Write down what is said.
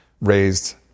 raised